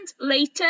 later